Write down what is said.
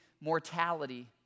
mortality